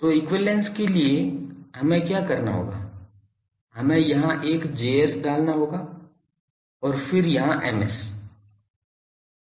तो इक्विवैलेन्स के लिए हमें क्या करना होगा हमें यहाँ एक Js डालना होगा और फिर यहाँ Ms